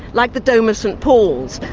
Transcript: like the dome of st paul's,